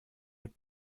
mit